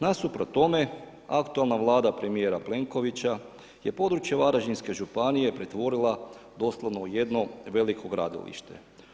Nasuprot tome, aktualna vlada premjera Plenkovića je područje Varaždinske županije pretvorila doslovno u jedno veliko gradilište.